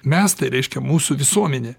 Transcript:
mes tai reiškia mūsų visuomenė